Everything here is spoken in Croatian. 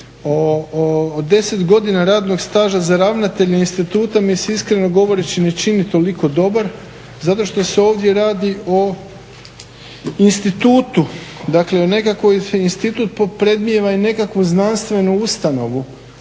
o deset godina radnog staža za ravnatelje instituta mi se iskreno govoreći ne čini toliko dobar zato što se ovdje radi o institutu, dakle o nekakvoj, institut predmijeva i nekakvu znanstvenu ustanovu.